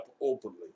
openly